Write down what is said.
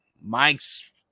Mike's